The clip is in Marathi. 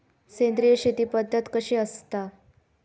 सेंद्रिय शेती पद्धत कशी असता?